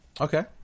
Okay